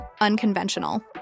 unconventional